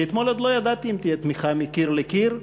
כי אתמול עוד לא ידעתי אם תהיה תמיכה מקיר לקיר,